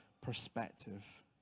perspective